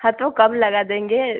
हाँ तो कम लगा देंगे